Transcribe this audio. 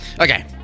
Okay